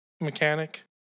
mechanic